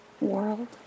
world